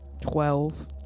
Twelve